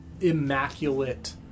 immaculate